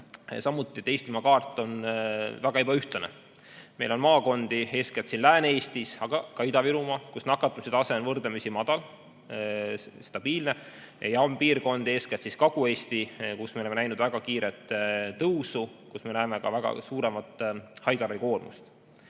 et Eestimaa kaart on väga ebaühtlane. Meil on maakondi eeskätt Lääne-Eestis, aga selline on ka Ida-Virumaa, kus nakatumise tase on võrdlemisi madal, stabiilne, ja on piirkondi, eeskätt Kagu-Eesti, kus me oleme näinud väga kiiret tõusu, kus me näeme ka suuremat haiglaravi koormust.